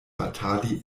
batali